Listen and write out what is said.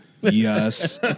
Yes